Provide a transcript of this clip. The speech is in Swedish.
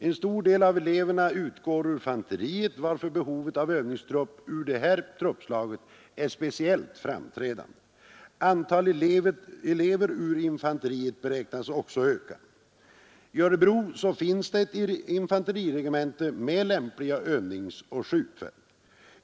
En stor del av eleverna utgår ur infanteriet, varför behovet av övningstrupp ur detta truppslag är speciellt framträdande. Antalet elever ur infanteriet beräknas också öka. I Örebro finns ett infanteriregemente med lämpliga övningsoch skjutfält.